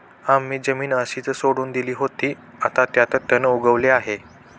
आम्ही जमीन अशीच सोडून दिली होती, आता त्यात तण उगवले आहे